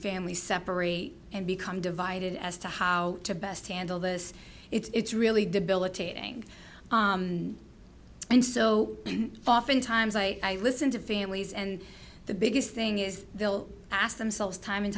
families separate and become divided as to how to best handle this it's really debilitating and so often times i listen to families and the biggest thing is they will ask themselves time and